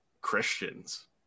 Christians